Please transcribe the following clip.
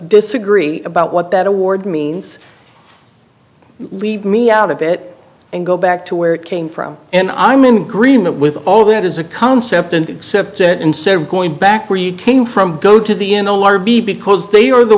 disagree about what that award means leave me out of it and go back to where it came from and i'm in agreement with all that as a concept and accept it and say we're going back where you came from go to the in the larvae because they are the